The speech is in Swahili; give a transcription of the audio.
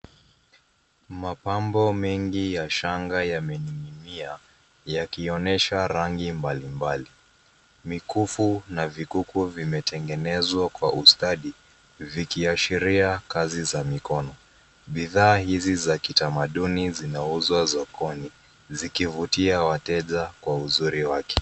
Mapambo mengi ya shanga yamening'inia, yakionesha rangi mbali mbali. Mikufu na vikuku vimetengenezwa kwa ustadi, vikiashiria kazi za mikono. Bidhaa hizi za kitamaduni zinauzwa sokoni, zikivutia wateja kwa uzuri wake.